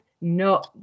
no